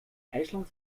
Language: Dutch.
ijsland